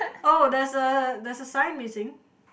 oh there's a there's a sign missing